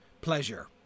pleasure